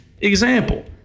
Example